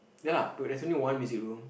ya there's only one music room